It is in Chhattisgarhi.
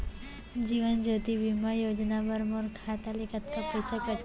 जीवन ज्योति बीमा योजना बर मोर खाता ले कतका पइसा कटही?